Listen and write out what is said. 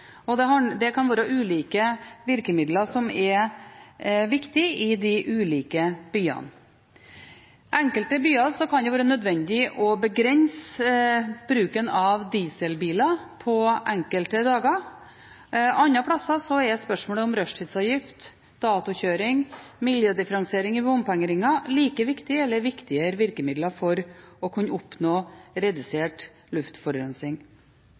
og det kan være ulike virkemidler som er viktige i de ulike byene. I enkelte byer kan det være nødvendig å begrense bruken av dieselbiler på enkelte dager, andre plasser er spørsmålet om rushtidsavgift, datokjøring og miljødifferensiering i bompengeringer like viktige eller viktigere virkemidler for å kunne oppnå redusert luftforurensning.